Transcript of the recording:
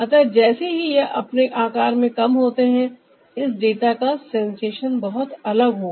अतः जैसे ही यह अपने आकार में कम होते हैं इस डेटा का सेंसेशन बहुत अलग होगा